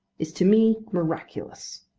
is to me miraculous.